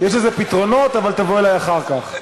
יש לזה פתרונות, אבל תבואי אלי אחר כך.